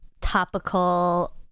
topical